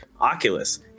Oculus